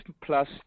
plus